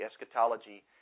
Eschatology